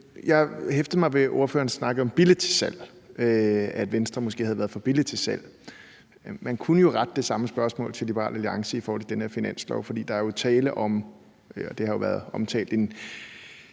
Jeg hæftede mig ved, at ordføreren snakkede om at være billigt til salg, altså at Venstre måske havde været for billigt til salg. Man kunne rette det samme spørgsmål til Liberal Alliance i forhold til den her finanslov, for der er jo tale om, og det har været omtalt, en